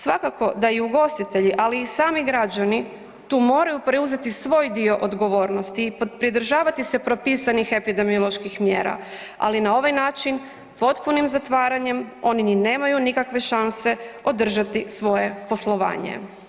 Svakako da i ugostitelji, ali i sami građani tu moraju preuzeti svoj dio odgovornosti i pridržavati se propisanih epidemioloških mjera, ali na ovaj način potpunim zatvaranjem oni ni nemaju nikakve šanse održati svoje poslovanje.